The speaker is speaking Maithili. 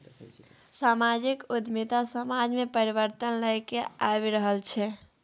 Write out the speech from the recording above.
समाजिक उद्यमिता समाज मे परिबर्तन लए कए आबि रहल छै